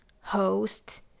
host